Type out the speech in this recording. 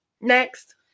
Next